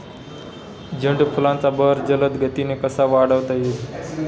झेंडू फुलांचा बहर जलद गतीने कसा वाढवता येईल?